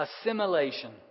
Assimilation